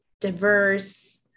diverse